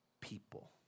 people